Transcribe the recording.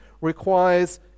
requires